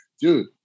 dude